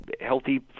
healthy